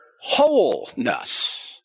wholeness